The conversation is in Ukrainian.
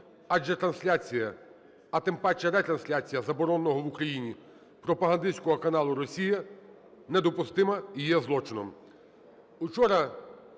адже трансляція, а тим паче ретрансляція забороненого в Україні пропагандистського каналу "Россия" недопустима і є злочином.